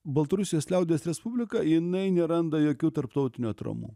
baltarusijos liaudies respublika jinai neranda jokių tarptautinių atramų